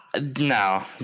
No